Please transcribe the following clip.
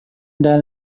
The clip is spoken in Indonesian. ada